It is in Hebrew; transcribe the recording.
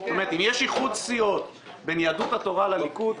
אם יש איחוד סיעות בין יהדות התורה לליכוד,